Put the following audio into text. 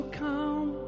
come